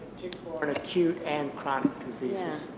sort of acute, and chronic diseases.